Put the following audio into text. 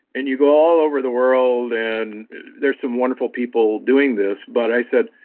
and you got all over the world, and there's some wonderful people doing this. but i said,